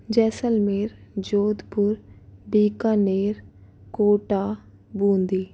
Jaisalmer Jodhpur Bikaner Kota Bundi